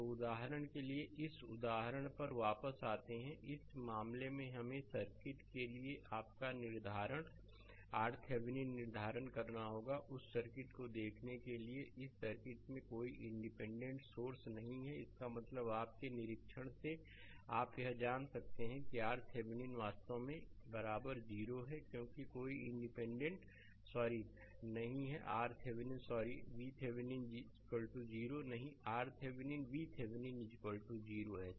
तो उदाहरण के लिए इस उदाहरण पर वापस आते हैं इस मामले में हमें इस सर्किट के लिए आपका निर्धारण RThevenin निर्धारित करना होगा उस सर्किट को देखने के लिए इस सर्किट में कोई इंडिपेंडेंट सोर्स नहीं है इसका मतलब है आपके निरीक्षण से आप यह जान सकते हैं कि RThevenin वास्तव में 0 है क्योंकि कोई इंडिपेंडेंट सॉरी नहीं है RTheveninसॉरी VThevenin 0 नहीं RThevenin VThevenin 0